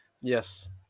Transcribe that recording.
Yes